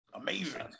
amazing